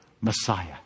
Messiah